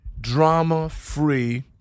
drama-free